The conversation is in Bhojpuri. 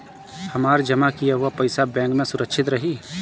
हमार जमा किया हुआ पईसा बैंक में सुरक्षित रहीं?